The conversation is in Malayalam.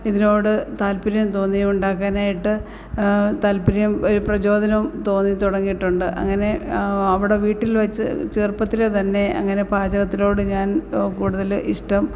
ഇതിനോട് താൽപര്യം തോന്നി ഉണ്ടാക്കാനായിട്ട് താൽപര്യം ഒരു പ്രചോദനം തോന്നിത്തുടങ്ങിയിട്ടുണ്ട് അങ്ങനെ അവിടെ വീട്ടിൽ വെച്ച് ചെറുപ്പത്തിലെ തന്നെ അങ്ങനെ പാചകത്തിനോട് ഞാൻ കൂടുതല് ഇഷ്ടം